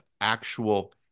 actual